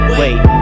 wait